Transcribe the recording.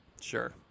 sure